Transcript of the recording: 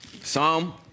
Psalm